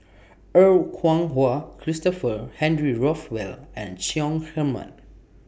Er Kwong Wah Christopher Henry Rothwell and Chong Heman